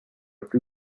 plus